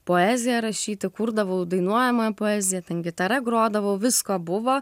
poeziją rašyti kurdavau dainuojamąją poeziją ten gitara grodavau visko buvo